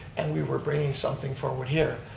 and we were bringing something forward here,